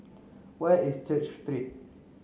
where is Church Street